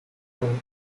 con